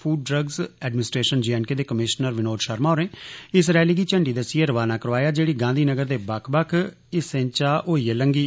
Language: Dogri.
food and drugs administration J and K दे कमिशनर विनोद शर्मा होरे इस रैली गी झंडी दस्सियै रवाना करोआया जेहड़ी गांधी नगर दे बक्ख बक्ख हिस्से चा होइयै लंग्घी